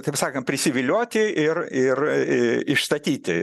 taip sakant prisivilioti ir ir išstatyti